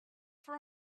for